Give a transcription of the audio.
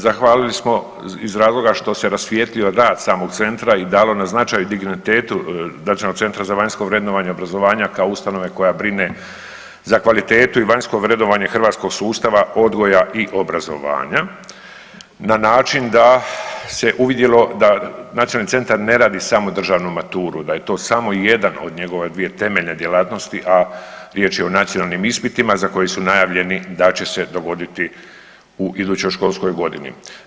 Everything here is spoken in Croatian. Zahvalili smo iz razloga što se rasvijetlio rad samog centra i dalo na značaj dignitetu Nacionalnog centra za vanjsko vrednovanje obrazovanja kao ustanove koja brine za kvalitetu i vanjsko vrednovanje hrvatskog sustava, odgoja i obrazovanja na način da se uvidjelo da nacionalni centar ne radi samo državnu maturu, da je to samo jedan od njegove dvije temeljne djelatnosti, a riječ je o nacionalnim ispitima za koje su najavljeni da će se dogoditi u idućoj školskoj godini.